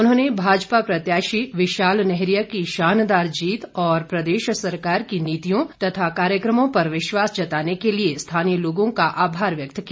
उन्होंने भाजपा प्रत्याशी विशाल नैहरिया की शानदार जीत और प्रदेश सरकार की नीतियों तथा कार्यक्रमों पर विश्वास जताने के लिए स्थानीय लोगों का आभार व्यक्त किया